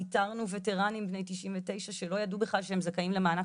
איתרנו וטרנים בני תשעים ותשע שלא ידעו בכלל שהם זכאים למענק